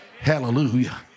Hallelujah